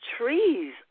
trees